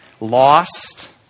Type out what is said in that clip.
lost